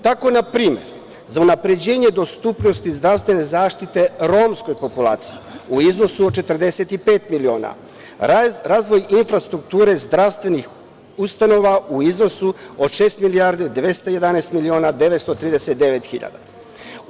Tako, na primer, za unapređenje dostupnosti zdravstvene zaštite romske populacije, u iznosu od 45 miliona, razvoj infrastrutkture zdravstvenih ustanova u iznosu od 6.211.939.000.